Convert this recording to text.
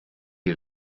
die